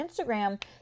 Instagram